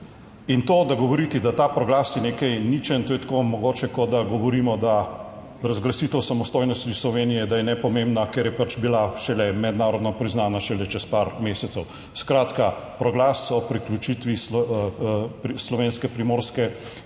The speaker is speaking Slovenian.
In to, da govoriti, da ta proglas je nekaj ničen, to je tako mogoče kot da govorimo, da razglasitev samostojnosti Slovenije, da je nepomembna, ker je pač bila 39. TRAK: (TB) - 17.25 (nadaljevanje) šele mednarodno priznana šele čez par mesecev. Skratka, proglas o priključitvi slovenske Primorske